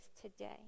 today